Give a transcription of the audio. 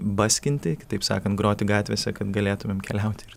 baskinti kitaip sakant groti gatvėse kad galėtumėm keliauti ir